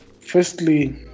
firstly